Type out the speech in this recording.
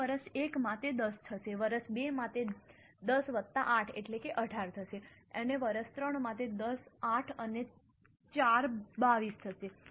તેથી વર્ષ 1 માં તે 10 થશે વર્ષ 2 માં તે 10 વત્તા 8 18 થશે વર્ષ 3 માં તે દસ 8 અને 4 22 થશે